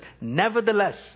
Nevertheless